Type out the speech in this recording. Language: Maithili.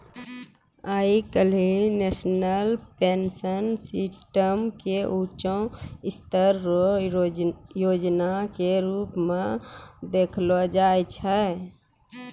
आइ काल्हि नेशनल पेंशन सिस्टम के ऊंचों स्तर रो योजना के रूप मे देखलो जाय छै